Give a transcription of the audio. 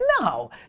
No